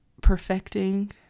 perfecting